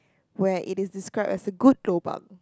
where it is described as a good lobang